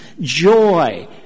joy